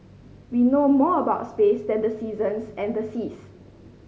we know more about space than the seasons and the seas